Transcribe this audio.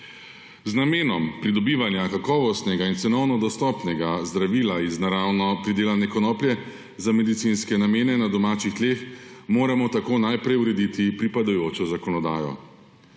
Z namenom pridobivanja kakovostnega in cenovno dostopnega zdravila iz naravno pridelane konoplje za medicinske namene na domačih tleh moramo tako najprej urediti pripadajočo zakonodajo.